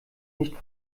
nicht